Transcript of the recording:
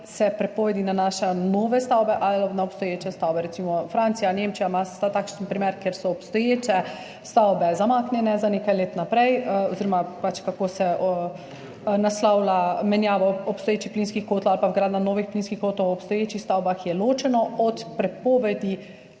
se prepovedi nanašajo na nove stavbe ali na obstoječe stavbe. Recimo Francija, Nemčija imata takšen primer, kjer so obstoječe stavbe zamaknjene za nekaj let naprej oziroma kako se naslavlja menjava obstoječih plinskih kotov ali pa vgradnja novih plinskih kotov v obstoječih stavbah, ki je ločena od prepovedi